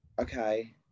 okay